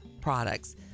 products